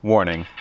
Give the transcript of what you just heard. Warning